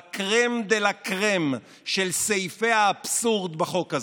בקרם דה לה קרם של סעיפי האבסורד בחוק הזה.